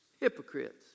hypocrites